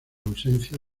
ausencia